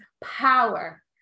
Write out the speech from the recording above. power